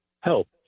help